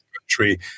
country